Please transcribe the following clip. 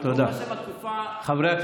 אבל ברוך השם התקופה --- הנזק